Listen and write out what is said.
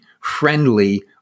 friendly